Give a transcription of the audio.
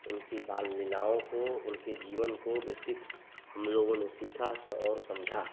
उनकी बाल लीलाओं को उनके जीवन को विस्तृत हमलोगों ने सीखा और समझा